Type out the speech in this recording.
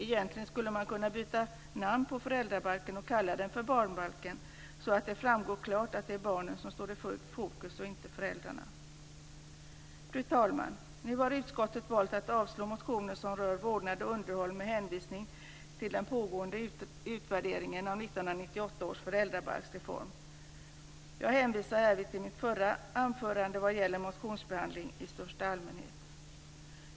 Egentligen skulle man kunna byta namn på föräldrabalken och kalla den för barnbalken så att det klart framgår att det är barnen, inte föräldrarna, som står i fokus. Fru talman! Nu har utskottet valt att avstyrka de motioner som rör vårdnad och underhåll, med hänvisning till den pågående utvärderingen av 1998 års föräldrabalksreform. Jag hänvisar här till mitt förra anförande vad gäller motionsbehandling i största allmänhet.